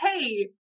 Hey